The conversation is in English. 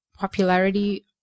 popularity